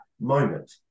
moment